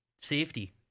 Safety